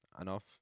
enough